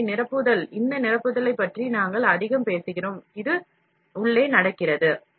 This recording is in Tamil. எனவே நிரப்புதல் இந்த நிரப்புதலைப் பற்றி நாங்கள் அதிகம் பேசுகிறோம் இது உள்ளே நடக்கிறது